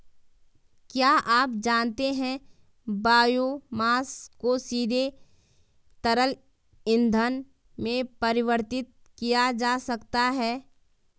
क्या आप जानते है बायोमास को सीधे तरल ईंधन में परिवर्तित किया जा सकता है?